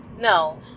No